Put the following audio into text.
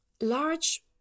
Large